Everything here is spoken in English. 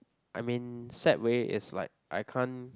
I mean sad way is like I can't